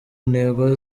ntego